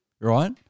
right